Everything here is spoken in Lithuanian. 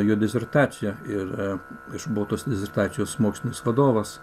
jo disertacija ir aš buvau tos disertacijos mokslinis vadovas